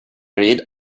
read